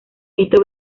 esto